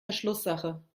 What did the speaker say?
verschlusssache